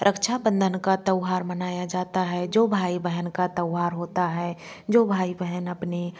रक्षाबंधन का त्यौहार मनाया जाता है जो भाई बहन का त्यौहार होता है जो भाई बहन अपने